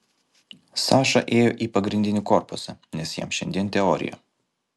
saša ėjo į pagrindinį korpusą nes jam šiandien teorija